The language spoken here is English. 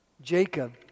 Jacob